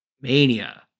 Mania